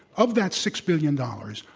of that six billion dollars,